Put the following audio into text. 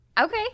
Okay